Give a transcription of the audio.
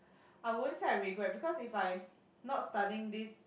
I won't say I regret because if I not studying this